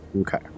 Okay